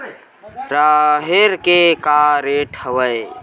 राहेर के का रेट हवय?